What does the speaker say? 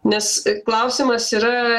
nes klausimas yra